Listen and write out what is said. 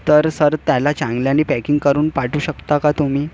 तर सर त्याला चांगल्यानं पॅकिंग करून पाठवू शकता का तुम्ही